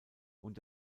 und